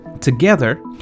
together